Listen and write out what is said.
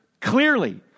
clearly